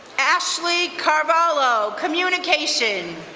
ashley carballo, communication.